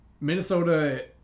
Minnesota